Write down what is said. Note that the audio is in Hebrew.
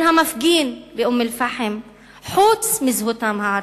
המפגין מאום-אל-פחם חוץ מזהותם הערבית?